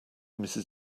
mrs